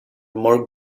mark